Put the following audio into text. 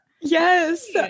Yes